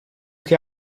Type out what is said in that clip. che